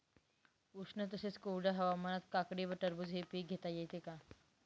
उष्ण तसेच कोरड्या हवामानात काकडी व टरबूज हे पीक घेता येते का?